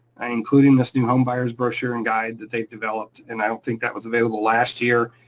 and including this new home buyer's brochure and guide that they've developed, and i don't think that was available last year.